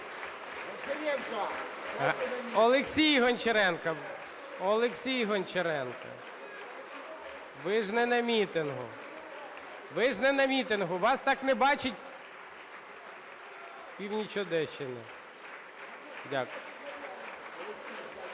Олексій Гончаренко! Олексій Гончаренко, ви ж не на мітингу, вас так не бачить північ Одещини. Дякую.